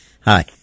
Hi